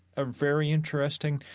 a very interesting,